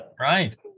right